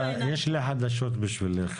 אז יש לי חדשות בשבילך,